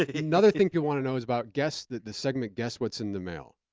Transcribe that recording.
ah another thing people want to know is about guess the segment, guess what's in the mail.